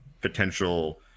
potential